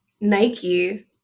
Nike